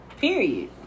Period